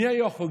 מי השר?